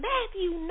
Matthew